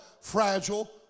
fragile